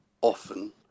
often